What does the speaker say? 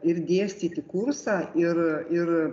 ir dėstyti kursą ir ir